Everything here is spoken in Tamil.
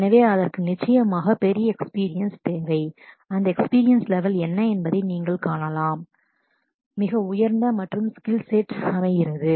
எனவே அதற்கு நிச்சயமாக பெரிய எக்ஸ்பீரியன்ஸ் bigger experience தேவை அந்த எக்ஸ்பீரியன்ஸ் லெவெல் என்ன என்பதை நீங்கள் காணலாம் மிக உயர்ந்த மற்றும் ஸ்கில் செட் அமைக்கிறது